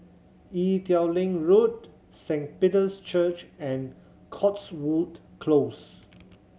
Ee Teow Leng Road Saint Peter's Church and Cotswold Close